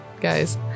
Guys